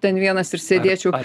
ten vienas ir sėdėčiau